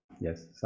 Yes